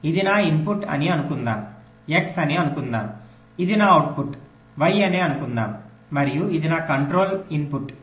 ఇది నా ఇన్పుట్ అని అనుకుందాం X అని అనుకుందాము ఇది నా అవుట్పుట్ Y అని అనుకుందాము మరియు ఇది నా కంట్రోల్ ఇన్పుట్ C